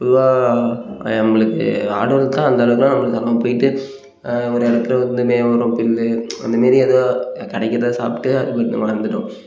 பொதுவாக நம்பளுக்கு ஆடு வளர்த்தா அந்த அளவுக்கெலாம் நம்மளுக்கு அங்கே போய்விட்டு ஒரு இடத்துல வந்து மேய விட்றோம் புல்லு அந்த மாரி ஏதோ கிடைக்கிறத சாப்பிட்டு அதுங்க வளர்ந்துடும்